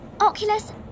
Oculus